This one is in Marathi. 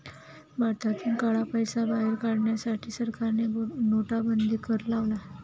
भारतातून काळा पैसा बाहेर काढण्यासाठी सरकारने नोटाबंदी कर लावला